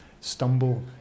stumble